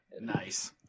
Nice